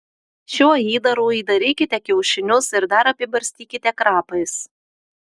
šiuo įdaru įdarykite kiaušinius ir dar apibarstykite krapais